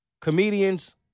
comedians